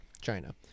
china